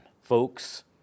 folks